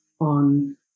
on